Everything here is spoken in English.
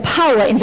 power